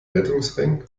rettungsring